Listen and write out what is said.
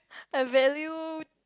I value